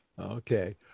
okay